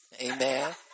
Amen